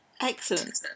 Excellent